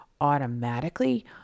automatically